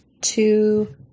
two